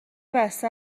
بسته